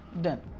done